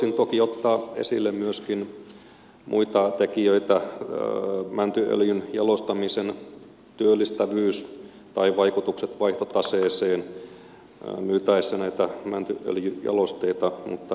voisin toki ottaa esille myöskin muita tekijöitä mäntyöljyn jalostamisen työllistävyys tai vaikutukset vaihtotaseeseen myytäessä näitä mäntyöljyjalosteita mutta jätettäköön ne toiseen keskusteluun